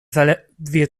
zaledwie